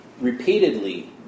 repeatedly